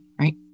right